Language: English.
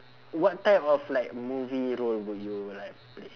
what type of like movie role would you like play